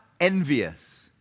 envious